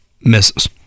misses